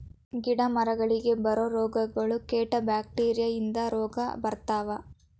ಗಿಡಾ ಮರಗಳಿಗೆ ಬರು ರೋಗಗಳು, ಕೇಟಾ ಬ್ಯಾಕ್ಟೇರಿಯಾ ಇಂದ ರೋಗಾ ಬರ್ತಾವ